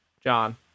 John